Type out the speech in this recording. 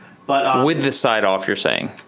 but um with this side off, you're saying.